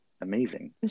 Amazing